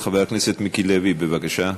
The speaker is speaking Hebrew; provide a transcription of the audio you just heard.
חבר הכנסת מיקי לוי, בבקשה.